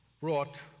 brought